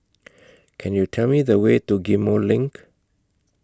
Can YOU Tell Me The Way to Ghim Moh LINK